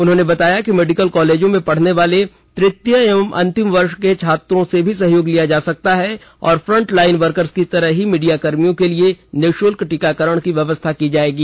उन्होंने बताया कि मेडिकल कॉलेजों में पढ़ने वाले तृतीय एवं अंतिम वर्ष के छात्रों से भी सहयोग लिया जा सकता है और फ्रंट लाइन वर्कर्स ेकी तरह ही मीडिया कर्मियों के लिए निःशुल्क टीकाकरण की व्यवस्था की जाएगी